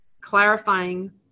clarifying